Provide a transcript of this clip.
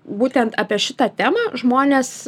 būtent apie šitą temą žmonės